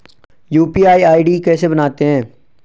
UPI ID कैसे बनाते हैं?